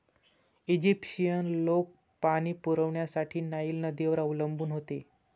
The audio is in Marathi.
ईजिप्शियन लोक पाणी पुरवठ्यासाठी नाईल नदीवर अवलंबून होते